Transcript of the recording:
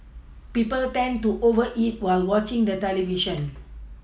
people tend to over eat while watching the television